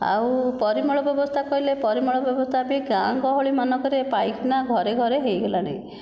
ଆଉ ପରିମଳ ବ୍ୟବସ୍ଥା କହିଲେ ପରିମଳ ବ୍ୟବସ୍ଥା ବି ଗାଁ ଗହଳି ମାନଙ୍କରେ ପାଇଖାନା ଘରେ ଘରେ ହୋଇଗଲାଣି